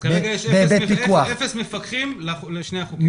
כרגע יש אפס מפקחים לשני החוקים.